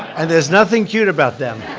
and there's nothing cute about them.